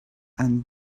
and